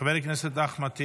חבר הכנסת אחמד טיבי,